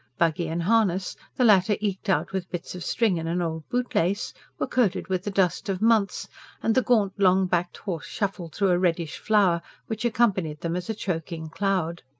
buggy and harness the latter eked out with bits of string and an old bootlace were coated with the dust of months and the gaunt, long-backed horse shuffled through a reddish flour, which accompanied them as a choking cloud.